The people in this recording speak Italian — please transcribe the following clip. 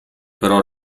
però